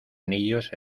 anillos